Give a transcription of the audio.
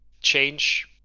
change